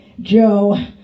Joe